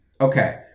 Okay